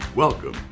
Welcome